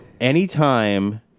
anytime